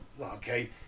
okay